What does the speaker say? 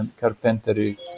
carpentry